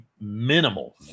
minimal